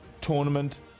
tournament